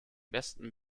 besten